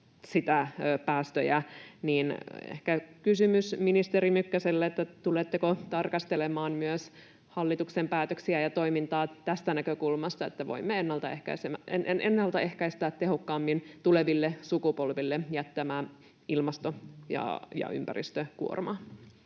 päästöjä. Ehkä kysymys ministeri Mykkäselle: tuletteko tarkastelemaan myös hallituksen päätöksiä ja toimintaa tästä näkökulmasta, että voimme ennaltaehkäistä tehokkaammin tuleville sukupolville jättämäämme ilmasto- ja ympäristökuormaa?